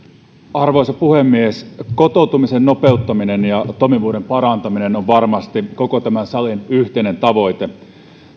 arvoisa puhemies kotoutumisen nopeuttaminen ja toimivuuden parantaminen on varmasti koko tämän salin yhteinen tavoite